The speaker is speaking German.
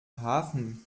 hafen